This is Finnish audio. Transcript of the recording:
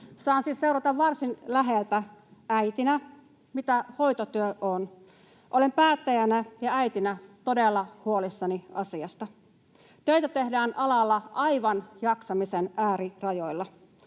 Saan siis seurata varsin läheltä äitinä, mitä hoitotyö on. Olen päättäjänä ja äitinä todella huolissani asiasta. Töitä tehdään alalla aivan jaksamisen äärirajoilla.